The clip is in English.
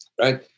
right